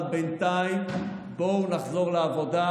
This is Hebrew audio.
אבל בינתיים בואו נחזור לעבודה,